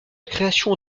création